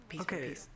okay